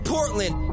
Portland